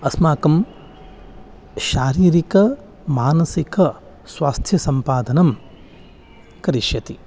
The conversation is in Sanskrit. अस्माकं शारीरिकः मानसिकः स्वास्थ्यसम्पादनं करिष्यति